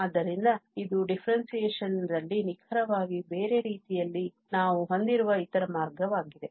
ಆದ್ದರಿಂದ ಇದು differentiation ದಲ್ಲಿ ನಿಖರವಾಗಿ ಬೇರೆ ರೀತಿಯಲ್ಲಿ ನಾವು ಹೊಂದಿರುವ ಇತರ ಮಾರ್ಗವಾಗಿದೆ